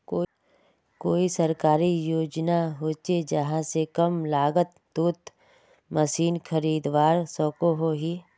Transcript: कोई सरकारी योजना होचे जहा से कम लागत तोत मशीन खरीदवार सकोहो ही?